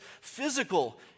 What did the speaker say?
physical